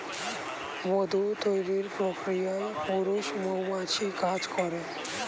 মধু তৈরির প্রক্রিয়ায় পুরুষ মৌমাছি কাজ করে